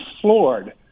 floored